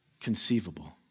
conceivable